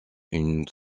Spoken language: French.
une